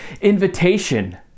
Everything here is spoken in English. invitation